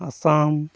Assam